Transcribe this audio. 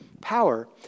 power